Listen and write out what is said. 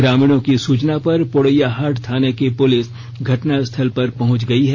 ग्रामीणों की सूचना पर पोडैयाहाट थाने की पुलिस घटनास्थल पर पहंच गई है